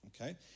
okay